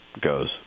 goes